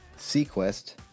sequest